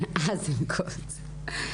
אזנקוט.